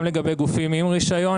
גם לגבי גופים עם רישיון.